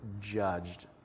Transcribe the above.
Judged